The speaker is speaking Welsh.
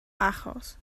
achos